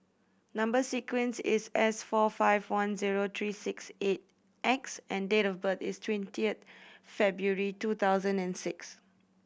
number sequence is S four five one zero three six eight X and date of birth is twentieth February two thousand and six